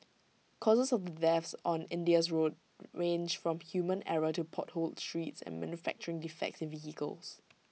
causes of the deaths on India's roads range from human error to potholed streets and manufacturing defects in vehicles